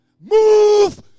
Move